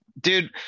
Dude